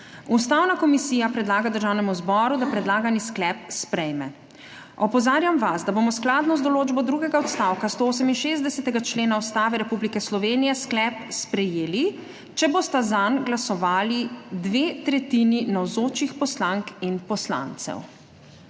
Ustavna komisija predlaga Državnemu zboru, da predlagani sklep sprejme. Opozarjam vas, da bomo skladno z določbo 2. odstavka 168. člena Ustave Republike Slovenije sklep sprejeli, če bosta zanj glasovali dve tretjini navzočih poslank in poslancev.